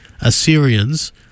Assyrians